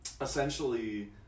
essentially